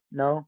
no